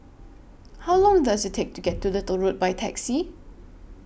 How Long Does IT Take to get to Little Road By Taxi